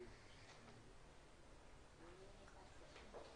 לא שומעים, אנחנו נחזור אליך.